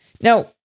Now